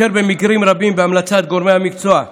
במקרים רבים, בהמלצת גורמי המקצוע,